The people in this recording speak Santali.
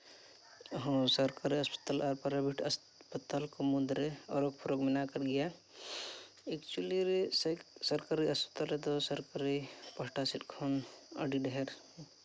ᱦᱚᱸ ᱥᱚᱨᱠᱟᱨᱤ ᱦᱟᱥᱯᱟᱛᱟᱞ ᱟᱨ ᱯᱨᱟᱭᱵᱷᱮᱴ ᱦᱟᱥᱯᱟᱛᱟᱞ ᱠᱚ ᱢᱩᱫᱽᱨᱮ ᱯᱷᱟᱨᱟᱠ ᱢᱮᱱᱟᱜ ᱟᱠᱟᱫ ᱜᱮᱭᱟ ᱮᱠᱪᱩᱞᱤ ᱥᱚᱨᱠᱟᱨᱤ ᱦᱟᱥᱯᱟᱛᱟᱞ ᱨᱮᱫᱚ ᱥᱚᱨᱠᱟᱨᱤ ᱯᱟᱥᱴᱟ ᱥᱮᱡ ᱠᱷᱚᱱ ᱟᱹᱰᱤ ᱰᱷᱮᱨ